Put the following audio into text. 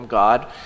God